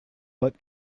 but